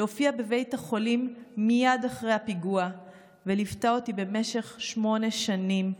שהופיעה בבית החולים מייד אחרי הפיגוע וליוותה אותי במשך שמונה שנים,